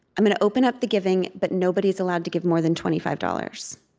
i'm going to open up the giving, but nobody is allowed to give more than twenty five dollars,